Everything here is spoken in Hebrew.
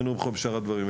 בחינוך ובשאר הדברים.